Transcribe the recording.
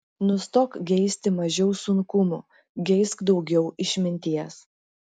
nustok geisti mažiau sunkumų geisk daugiau išminties